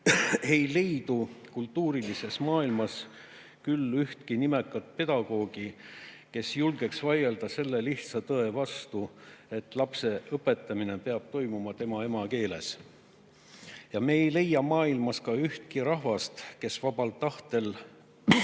ei leidu kultuurses maailmas küll ühtki nimekat pedagoogi, kes julgeks vaielda selle lihtsa tõe vastu, et lapse õpetamine peab toimuma tema emakeeles. Ja me ei leia maailmas ühtki rahvast, kes vabal tahtel